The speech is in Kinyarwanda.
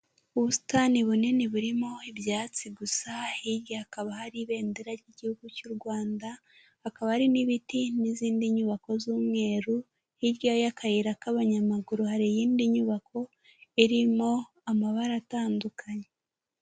Ubusitani bunini burimo ibyatsi gusa hirya hakaba hari ibendera ry'igihugu cy'u Rwanda, hakaba hari n'ibiti n'izindi nyubako z'umweru hirya y'akayira k'abanyamaguru hari iyindi nyubako irimo amabara atandukanye.